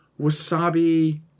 wasabi